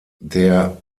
der